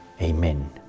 Amen